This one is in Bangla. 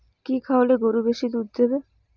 কি খাওয়ালে গরু বেশি দুধ দেবে?